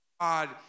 God